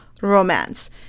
romance